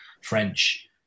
french